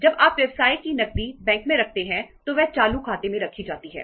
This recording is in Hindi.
जब आप व्यवसाय की नकदी बैंक में रखते हैं तो वह चालू खाते में रखी जाती है